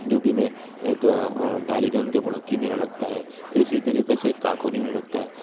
UP میں ایک Daliganj جو بوڈھکی میلہ لگتا ہے پھر اسی طریقے سے ایک کاکوری میلہ لگتا ہے